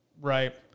Right